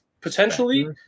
potentially